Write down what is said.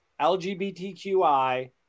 LGBTQI